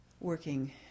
working